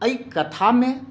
एहि कथामे